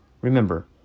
Remember